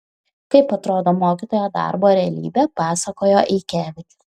kaip atrodo mokytojo darbo realybė pasakojo eikevičius